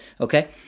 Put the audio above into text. okay